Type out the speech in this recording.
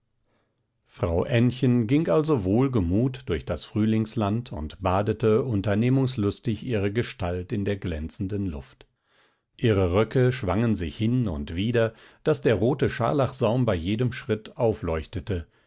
frau ännchen ging also wohlgemut durch das frühlingsland und badete unternehmungslustig ihre gestalt in der glänzenden luft ihre röcke schwangen sich hin und wider daß der rote scharlachsaum bei jedem schritt aufleuchtete